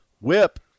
Whip